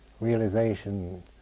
realization